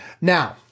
Now